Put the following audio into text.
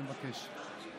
אני מבקש.